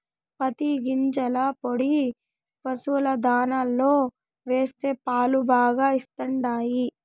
పత్తి గింజల పొడి పశుల దాణాలో వేస్తే పాలు బాగా ఇస్తండాయి